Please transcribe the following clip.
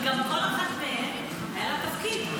כי גם לכל אחת מהן היה תפקיד,